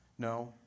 No